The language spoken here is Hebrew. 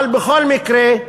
אבל בכל מקרה,